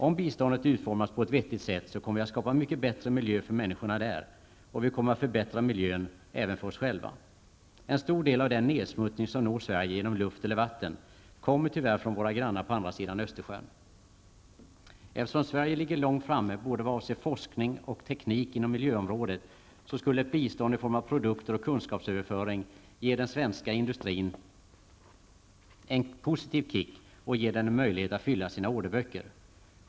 Om biståndet utformas på ett vettigt sätt skapar vi därmed en mycket bättre miljö för människorna där, samtidigt som vi förbättrar miljön även för oss själva. En stor del av den nedsmutsning som når Sverige genom luft eller vatten kommer tyvärr från våra grannar på andra sidan Östersjön. Eftersom Sverige ligger långt framme vad avser både forskning och teknik inom miljöområdet, skulle bistånd i form av produkter och kunskapsöverföring ge den svenska industrin en positiv kick och även en möjlighet att fylla sina orderböcker.